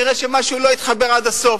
כנראה משהו לא התחבר עד הסוף.